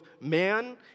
man